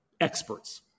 experts